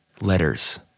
letters